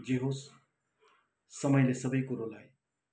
जे होस् समयले सबै कुरोलाई